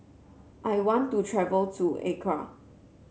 I want to travel to Accra